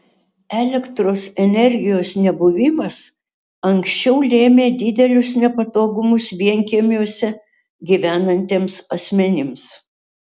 elektros energijos nebuvimas anksčiau lėmė didelius nepatogumus vienkiemiuose gyvenantiems asmenims